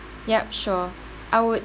yup sure I would